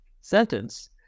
Sentence